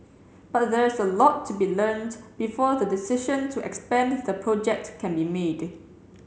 but there's a lot to be learnt before the decision to expand the project can be made